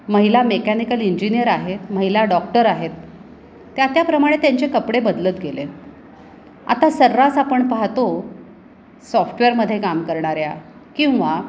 महिला mechanical engineer आहेत महिला डॉक्टर आहेत त्या त्या त्याप्रमाणे त्यांचे कपडे बदलत गेले आता सर्रास आपण पाहतो सॉफ्टवेअरमध्ये काम करणाऱ्या किंवा